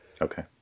Okay